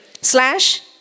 slash